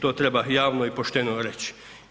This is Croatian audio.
To treba javno i pošteno reći.